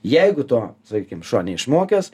jeigu to sakykim šuo neišmokęs